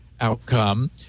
outcome